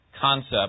concept